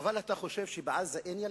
אבל אתה חושב שבעזה אין ילדים?